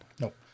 Nope